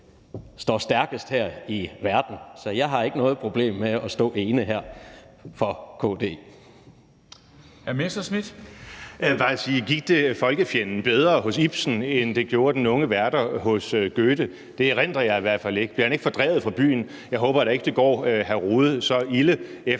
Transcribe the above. står stærkest her i verden. Så jeg har ikke noget problem med at stå ene her for KD.